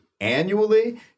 annually